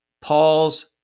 Paul's